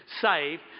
save